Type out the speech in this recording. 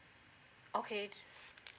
okay